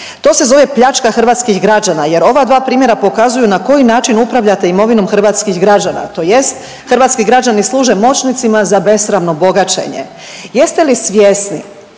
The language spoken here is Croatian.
To se zove pljačka hrvatskih građana jer ova dva primjera pokazuju na koji način upravljate imovinom hrvatskih građana tj. hrvatski građani služe moćnicima za besramno bogaćenje. Jeste li svjesni